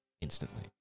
instantly